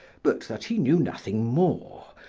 but that he knew nothing more,